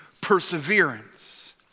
perseverance